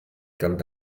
quant